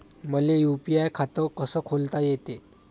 मले यू.पी.आय खातं कस खोलता येते?